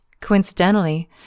Coincidentally